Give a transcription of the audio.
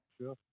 sure